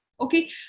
okay